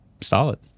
Solid